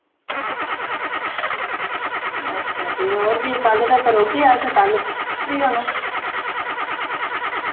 अच्छा जे और वि कल तकर औगे अस कल फ्री होना